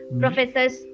professor's